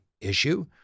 issue